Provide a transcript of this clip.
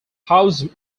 housed